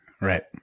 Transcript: Right